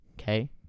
okay